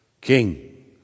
King